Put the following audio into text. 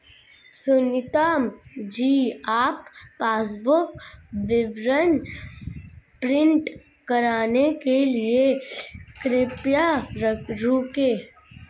सुनीता जी आप पासबुक विवरण प्रिंट कराने के लिए कृपया रुकें